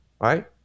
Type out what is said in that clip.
Right